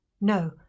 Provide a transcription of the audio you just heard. No